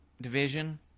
division